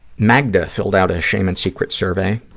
magda filled out a shame and secrets survey.